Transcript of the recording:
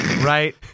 right